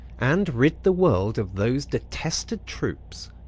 and rid the world of those detested troops?